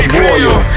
royal